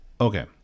Okay